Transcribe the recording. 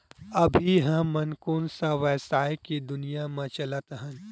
अभी हम ह कोन सा व्यवसाय के दुनिया म चलत हन?